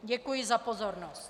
Děkuji za pozornost.